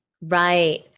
Right